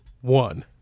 one